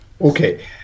Okay